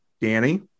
Danny